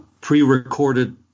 pre-recorded